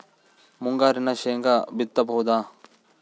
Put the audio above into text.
ಮುಂಗಾರಿನಾಗ ಶೇಂಗಾ ಬಿತ್ತಬಹುದಾ?